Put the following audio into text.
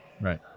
Right